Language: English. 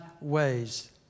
ways